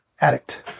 addict